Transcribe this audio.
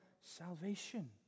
salvation